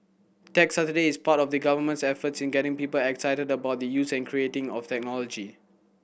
Tech Saturday is part of the Government's efforts in getting people excited about the using and creating of technology